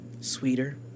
sweeter